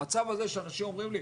המצב הזה שאנשים אומרים לי,